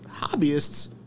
hobbyists